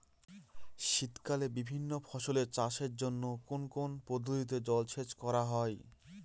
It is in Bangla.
শীতকালে বিভিন্ন ফসলের চাষের জন্য কোন কোন পদ্ধতিতে জলসেচ করা হয়?